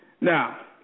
Now